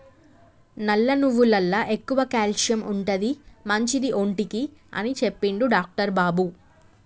నల్ల నువ్వులల్ల ఎక్కువ క్యాల్షియం ఉంటది, మంచిది ఒంటికి అని చెప్పిండు డాక్టర్ బాబు